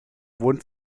wurden